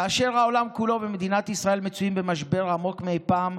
כאשר העולם כולו ומדינת ישראל מצויים במשבר עמוק מאי פעם,